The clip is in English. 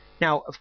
Now